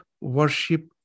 worship